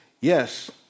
Yes